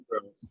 girls